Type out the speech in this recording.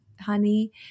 honey